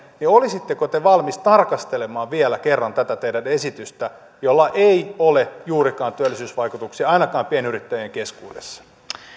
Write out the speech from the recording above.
olisitteko te valmis tarkastelemaan vielä kerran tätä teidän esitystänne jolla ei ole juurikaan työllisyysvaikutuksia ainakaan pienyrittäjien keskuudessa